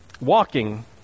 Walking